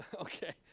Okay